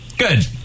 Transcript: Good